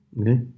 okay